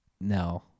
no